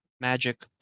magic